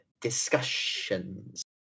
discussions